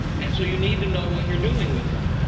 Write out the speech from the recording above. and so you need to know what you're doing with them.